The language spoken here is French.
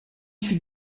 fut